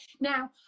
Now